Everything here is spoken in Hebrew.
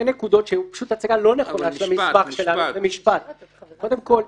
נקודות שפשוט היו הצגה לא נכונה: קודם כל,